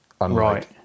right